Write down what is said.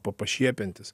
pa pašiepiantis